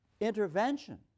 Intervention